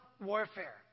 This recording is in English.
warfare